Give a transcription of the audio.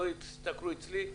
אם הם לא יעבדו אז המדינה